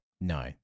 No